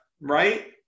right